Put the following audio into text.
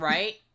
Right